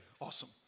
awesome